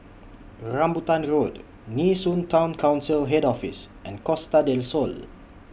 Rambutan Road Nee Soon Town Council Head Office and Costa Del Sol